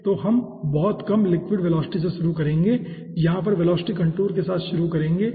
तो हम बहुत कम लिक्विड वेलोसिटी से शुरू करेंगे यहाँ पर वेलोसिटी कंटूर के साथ शुरू करेंगे